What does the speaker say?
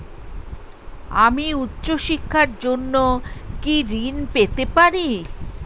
আমি উচ্চশিক্ষার জন্য কি ঋণ পেতে পারি?